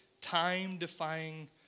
time-defying